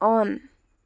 on